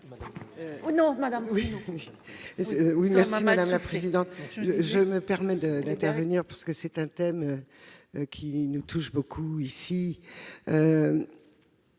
madame la présidente.